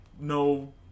no